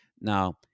Now